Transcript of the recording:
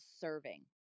serving